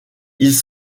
ils